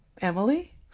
Emily